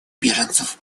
беженцев